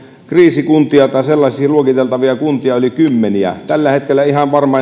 kriisikuntia tai sellaisiksi luokiteltavia kuntia oli kymmeniä tällä hetkellä ihan varma